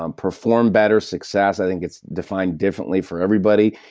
um perform better. success i think it's defined differently for everybody.